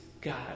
God